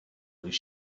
his